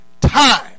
time